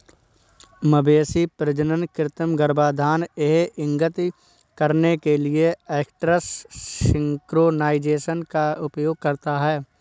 मवेशी प्रजनन कृत्रिम गर्भाधान यह इंगित करने के लिए एस्ट्रस सिंक्रोनाइज़ेशन का उपयोग करता है